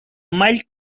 mild